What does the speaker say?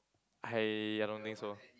I I don't think so